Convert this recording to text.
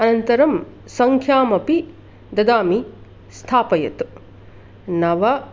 अनन्तरं सङ्ख्यामपि ददामि स्थापयतु नव